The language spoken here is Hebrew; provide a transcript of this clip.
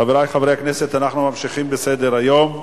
חברי חברי הכנסת, אנחנו ממשיכים בסדר-היום: